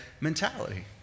mentality